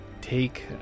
take